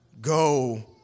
go